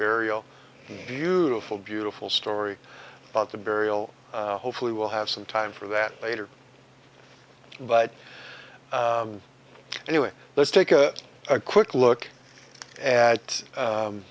burial beautiful beautiful story about the burial hopefully we'll have some time for that later but anyway let's take a quick look at